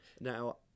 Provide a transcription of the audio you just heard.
Now